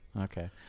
Okay